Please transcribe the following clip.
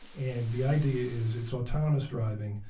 and the idea is it's autonomous driving,